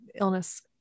illness